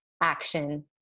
action